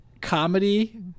comedy